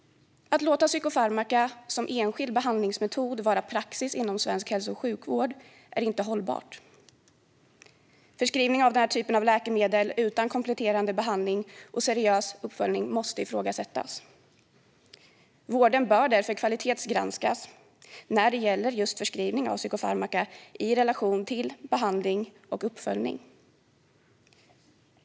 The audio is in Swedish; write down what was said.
Att låta psykofarmaka som enskild behandlingsmetod vara praxis inom svensk hälso och sjukvård är inte hållbart. Förskrivning av den här typen av läkemedel utan kompletterande behandling och seriös uppföljning måste ifrågasättas. Vården bör därför kvalitetsgranskas när det gäller just förskrivning av psykofarmaka i relation till behandling och uppföljning.